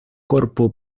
corpo